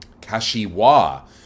Kashiwa